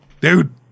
dude